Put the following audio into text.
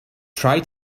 try